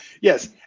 Yes